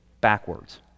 backwards